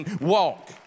walk